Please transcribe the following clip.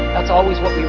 that's always what we were